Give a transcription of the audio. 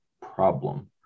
problem